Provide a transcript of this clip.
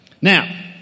Now